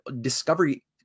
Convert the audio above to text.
discovery